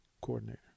coordinator